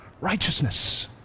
righteousness